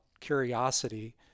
curiosity